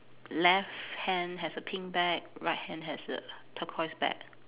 left hand has a pink bag right hand has a turquoise bag